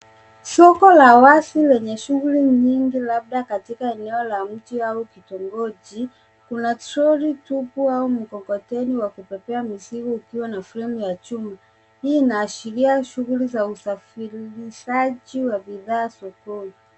Soko la wazi lenye shughuli nyingi, labda katika eneo la mji au kitongoji. Kuna troli tupu au mkokoteni wa kubebea mizigo ukiwa na fremu ya chuma. Hii inaashiria shughuli za usafirishaji wa bidhaa sokoni.